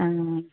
ആ